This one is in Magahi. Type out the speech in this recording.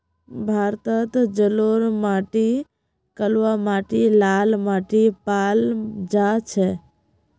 भारतत जलोढ़ माटी कलवा माटी लाल माटी पाल जा छेक